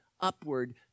upward